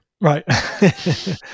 Right